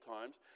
times